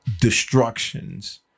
destructions